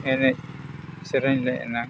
ᱮᱱᱮᱡ ᱥᱮᱨᱮᱧ ᱞᱮ ᱮᱱᱟᱝ